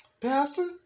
Pastor